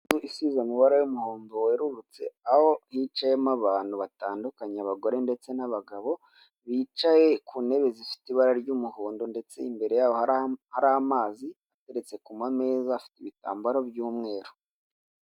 Inzu isize amabara y'umuhondo werurutse, aho hicayemo abantu batandukanyekanya abagore ndetse n'abagabo bicaye ku ntebe zifite ibara ry'umuhondo, ndetse imbere yabo hari amazi ateretse ku mameza afite ibitambaro by'umweru.